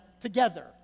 together